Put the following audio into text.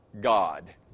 God